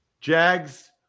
Jags